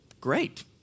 great